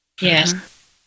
Yes